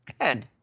Good